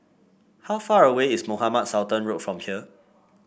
how far away is Mohamed Sultan Road from here